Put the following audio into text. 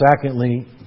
secondly